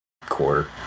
core